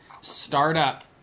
startup